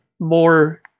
more